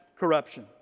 corruption